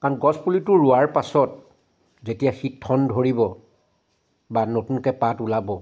কাৰণ গছ পুলিটো ৰোৱাৰ পাছত যেতিয়া সি ঠন ধৰিব বা নতুনকৈ পাত ওলাব